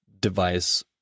device